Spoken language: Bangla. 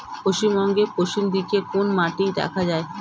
পশ্চিমবঙ্গ পশ্চিম দিকে কোন মাটি দেখা যায়?